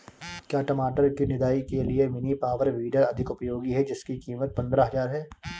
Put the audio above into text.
क्या टमाटर की निदाई के लिए मिनी पावर वीडर अधिक उपयोगी है जिसकी कीमत पंद्रह हजार है?